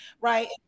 right